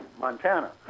Montana